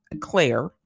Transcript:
Claire